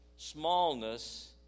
smallness